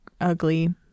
ugly